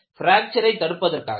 பிராக்சரை தடுப்பதற்காக